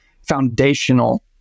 foundational